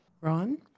Ron